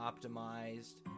optimized